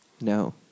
No